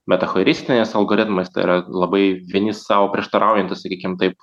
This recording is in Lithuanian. metachoristiniais algoritmas tai yra labai vieni sau prieštaraujantys sakykim taip